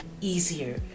easier